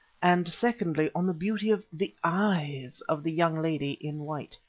and secondly, on the beauty of the eyes of the young lady in white.